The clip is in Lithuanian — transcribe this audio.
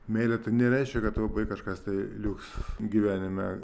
meilė tai nereiškia kad labai kažkas tai liuks gyvenime